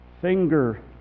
finger